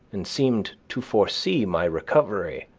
and seemed to foresee my recovery.